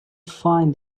find